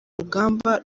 rugamba